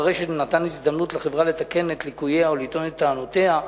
אחרי שנתן הזדמנות לחברה לתקן את ליקוייה או לטעון את טענותיה,